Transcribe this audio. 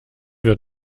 wird